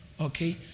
Okay